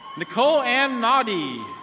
nicole anne naughty.